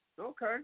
Okay